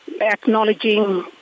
acknowledging